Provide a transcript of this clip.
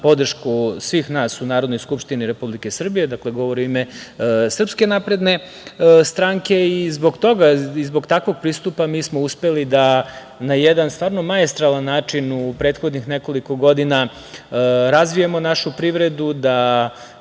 ima podršku svih nas u Narodnoj skupštini Republike Srbije, dakle, govori u ime SNS.Zbog toga i zbog takvog pristupa mi smo uspeli da na jedan stvarno maestralan način u prethodnih nekoliko godina razvijemo našu privredu,